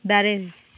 ᱫᱟᱨᱮ